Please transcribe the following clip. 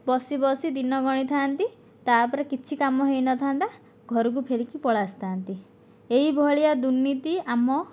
ବସି ବସି ଦିନ ଗଣିଥାନ୍ତି ତା'ପରେ କିଛି କାମ ହୋଇନଥାନ୍ତା ଘରକୁ ଫେରିକି ପଳାଇ ଆସିଥାନ୍ତି ଏହି ଭଳିଆ ଦୁର୍ନୀତି ଆମ